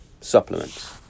supplements